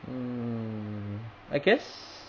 mm I guess